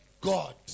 God